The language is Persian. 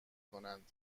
کنند